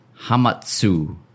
Hamatsu